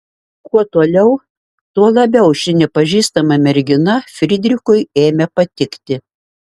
kuo toliau tuo labiau ši nepažįstama mergina frydrichui ėmė patikti